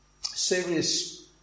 serious